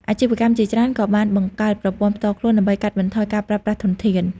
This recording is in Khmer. អាជីវកម្មជាច្រើនក៏បានបង្កើតប្រព័ន្ធផ្ទាល់ខ្លួនដើម្បីកាត់បន្ថយការប្រើប្រាស់ធនធាន។